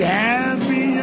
happy